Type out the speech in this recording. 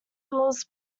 halls